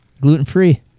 Gluten-free